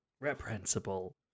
reprehensible